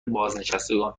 بازنشستگان